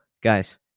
guys